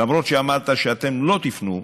למרות שאמרת שאתם לא תפנו,